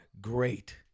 great